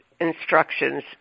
instructions